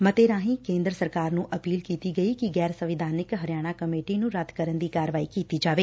ਮਤੇ ਰਾਹੀ ਕੇਦਰ ਸਰਕਾਰ ਨੂੰ ਅਪੀਲ ਕੀਡੀ ਗਈ ਕਿ ਗੈਰ ਸੰਵਿਧਾਨਕ ਅਤੇ ਅੰਨਿਆ ਪੂਰਨ ਹਰਿਆਣਾ ਕਮੇਟੀ ਨੂੰ ਰੱਦ ਕਰਨ ਦੀ ਕਾਰਵਾਈ ਕੀਤੀ ਜਾਵੇ